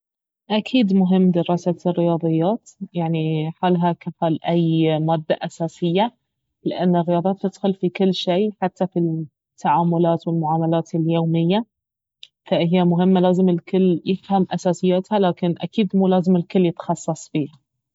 اكيد مهم دراسة الرياضيات يعني حالها كحال أي مادة أساسية لان الرياضيات تدخل في كل شيء حتى في التعاملات والمعاملات اليومية فهي مهمة لازم الكل يفهم اساسياتها لكن اكيد مو لازم الكل يتخصص فيها